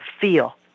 feel